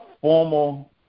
formal